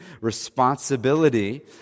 responsibility